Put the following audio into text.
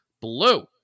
blue